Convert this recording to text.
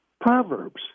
Proverbs